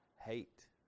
hate